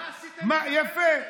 מה עשיתם, יפה.